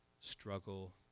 struggle